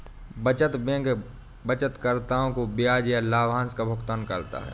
बचत बैंक बचतकर्ताओं को ब्याज या लाभांश का भुगतान करता है